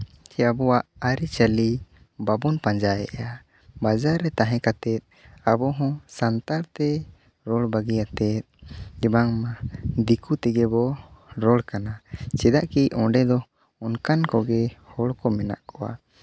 ᱪᱮ ᱟᱵᱚᱣᱟᱜ ᱟᱹᱨᱤᱼᱪᱟᱹᱞᱤ ᱵᱟᱵᱚᱱ ᱯᱟᱸᱡᱟᱭᱮᱫᱼᱟ ᱵᱟᱡᱟᱨ ᱨᱮ ᱛᱟᱦᱮᱸ ᱠᱟᱛᱮ ᱟᱵᱚ ᱦᱚᱸ ᱥᱟᱱᱛᱟᱲ ᱛᱮ ᱨᱚᱲ ᱵᱟᱹᱜᱤ ᱠᱟᱛᱮ ᱡᱮ ᱵᱟᱝᱢᱟ ᱫᱤᱠᱩ ᱛᱮᱜᱮ ᱵᱚᱱ ᱨᱚᱲ ᱠᱟᱱᱟ ᱪᱮᱫᱟᱜ ᱠᱤ ᱚᱸᱰᱮ ᱫᱚ ᱚᱱᱠᱟᱱ ᱠᱚᱜᱮ ᱦᱚᱲᱠᱚ ᱢᱮᱱᱟᱜ ᱠᱚᱣᱟ